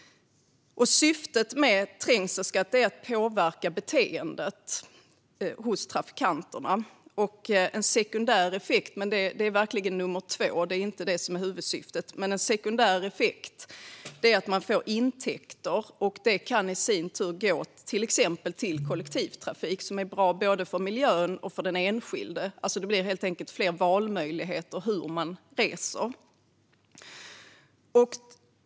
Syftet med trängselskatt är att påverka beteendet hos trafikanterna. En sekundär effekt - och det är inte detta som är huvudsyftet, utan det är verkligen nummer två - är att man får intäkter som i sin tur kan gå till exempel till kollektivtrafik, som är bra både för miljön och för den enskilde. Det blir helt enkelt fler valmöjligheter när det gäller hur människor reser.